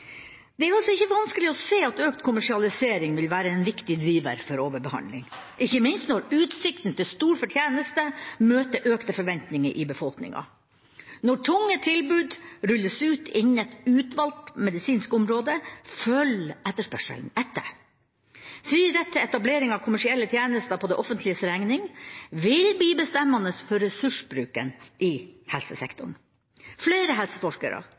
altså ikke vanskelig å se at økt kommersialisering vil være en viktig driver for overbehandling, ikke minst når utsikten til stor fortjeneste møter økte forventninger i befolkninga. Når tunge tilbud rulles ut innen et utvalgt medisinsk område, følger etterspørselen etter. Fri rett til etablering av kommersielle tjenester på det offentliges regning vil bli bestemmende for ressursbruken i helsesektoren. Flere helseforskere,